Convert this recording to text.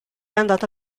andata